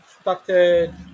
started